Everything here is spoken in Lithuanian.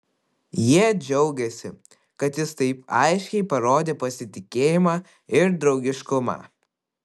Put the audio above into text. jie džiaugėsi kad jis taip aiškiai parodė pasitikėjimą ir draugiškumą